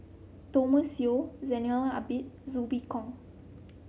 Thomas Yeo Zainal Abidin Zhu Hong